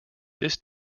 this